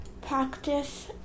practice